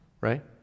Right